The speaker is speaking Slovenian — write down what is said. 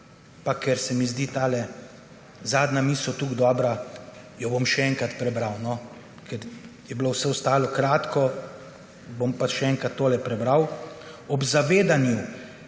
Pa ker se mi zdi tale zadnja misel tako dobra, jo bom še enkrat prebral. Ker je bilo vse ostalo kratko, bom še enkrat tole prebral: ob zavedanju